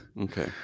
Okay